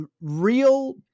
real